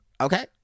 Okay